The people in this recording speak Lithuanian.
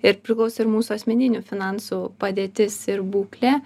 ir priklauso ir mūsų asmeninių finansų padėtis ir būklė